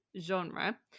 genre